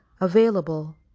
Available